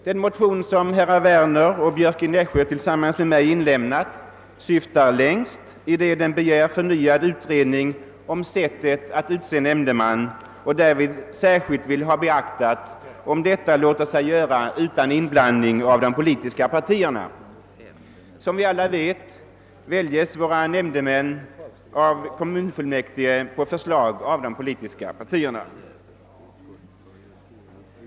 Den motion som herrar Wer ner och Björck i Nässjö och jag själv har väckt syftar i det fallet längst, i det att vi begär förnyad utredning om sättet att utse nämndemän, varvid vi särskilt vill att man skall beakta om utseende av nämndemän är möjligt utan inblandning av de politiska partierna. Som alla vet väljes våra nämndemän av kommunfullmäktige på förslag av de politiska partierna.